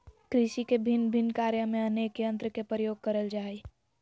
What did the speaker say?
कृषि के भिन्न भिन्न कार्य में अनेक यंत्र के प्रयोग करल जा हई